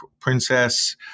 Princess